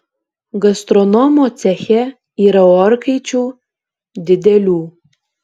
gastronomo ceche yra orkaičių didelių